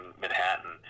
manhattan